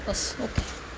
ਬਸ okay